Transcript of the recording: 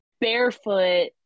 barefoot